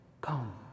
come